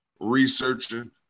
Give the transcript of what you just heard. researching